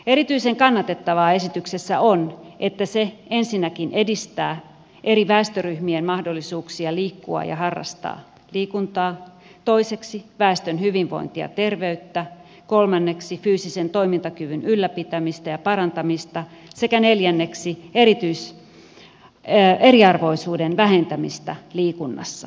erityisen kannatettavaa esityksessä on että se ensinnäkin edistää eri väestöryhmien mahdollisuuksia liikkua ja harrastaa liikuntaa toiseksi väestön hyvinvointia ja terveyttä kolmanneksi fyysisen toimintakyvyn ylläpitämistä ja parantamista sekä neljänneksi eriarvoisuuden vähentämistä liikunnassa